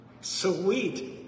Sweet